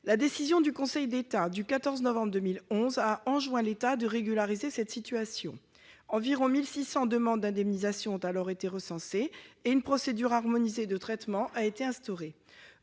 sa décision du 14 novembre 2011, le Conseil d'État a enjoint à l'État de régulariser cette situation. Environ 1 600 demandes d'indemnisation ont alors été recensées, et une procédure harmonisée de traitement a été instaurée.